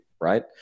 Right